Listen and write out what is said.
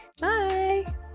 Bye